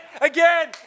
again